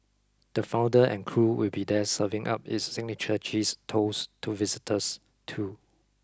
the founder and crew will be there serving up its signature cheese toast to visitors too